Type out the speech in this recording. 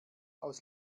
aus